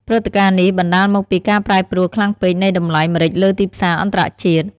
ព្រឹត្តិការណ៍នេះ បណ្តាលមកពីការប្រែប្រួលខ្លាំងពេក នៃតម្លៃម្រេចលើទីផ្សារអន្តរជាតិ។